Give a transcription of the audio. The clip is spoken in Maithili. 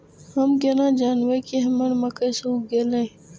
हम केना जानबे की हमर मक्के सुख गले?